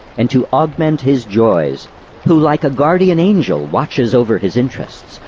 and to augment his joys who, like a guardian angel, watches over his interests,